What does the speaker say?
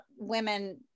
women